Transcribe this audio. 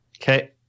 Okay